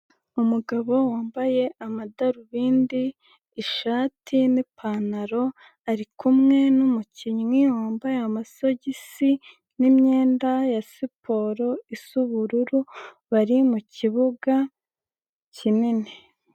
Umugabo wambaye amadarubindi, ishati n'ipantaro ari kumwe n'umukinnyi wambaye amasogisi n'imyenda ya siporo asa ubururu, bari mu kibuga kinini.